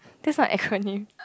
that's not a acronym